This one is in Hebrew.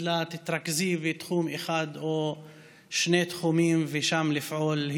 לה: תתרכזי בתחום אחד או שני תחומים ושם לפעול.